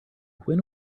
when